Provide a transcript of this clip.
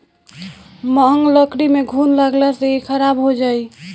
महँग लकड़ी में घुन लगला से इ खराब हो जाई